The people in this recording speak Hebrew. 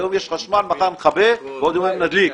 היום יש חשמל ומחר מכבים ובעוד יומיים נדליק.